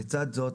לצד זאת,